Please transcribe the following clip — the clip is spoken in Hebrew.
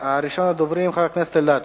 ראשון הדוברים, חבר הכנסת אריה אלדד.